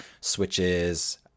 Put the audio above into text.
switches